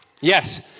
Yes